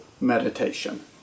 meditation